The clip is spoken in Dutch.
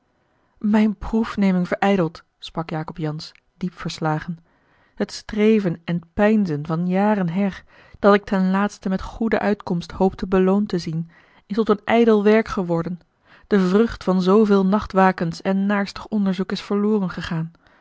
mijne proefneming verijdeld sprak jacob jansz diep verslagen het streven en peinzen van jaren her dat ik ten laatste met goede uitkomst hoopte beloond te zien is tot een ijdel werk geworden de vrucht van zooveel nachtwakens en naarstig onderzoek is verloren gegaan